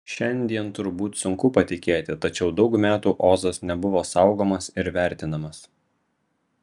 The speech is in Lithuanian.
šiandien turbūt sunku patikėti tačiau daug metų ozas nebuvo saugomas ir vertinamas